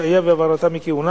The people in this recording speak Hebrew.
השעיה והעברה מכהונה.